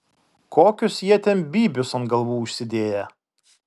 kokius jie ten bybius ant galvų užsidėję